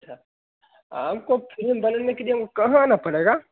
अच्छा हमको फिल्म बनाने के लिए हम कहाँ आना पड़ेगा